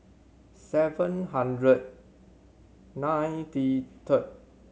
seven hundred ninety third